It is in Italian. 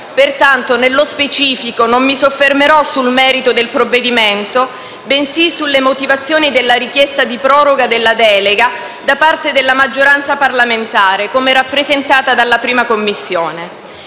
Pertanto, nello specifico, non mi soffermerò sul merito del provvedimento bensì sulle motivazioni della richiesta di proroga della delega da parte della maggioranza parlamentare come rappresentata dalla 1a Commissione.